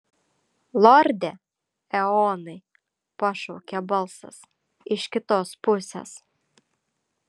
lorde eonai pašaukė balsas iš kitos pusės